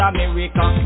America